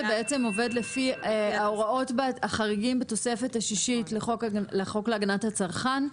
זה בעצם עובד לפי החריגים בתוספת השישית לחוק להגנת הצרכן.